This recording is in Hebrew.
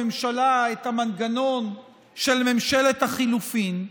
הממשלה את המנגנון של ממשלת החילופים.